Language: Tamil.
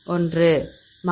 1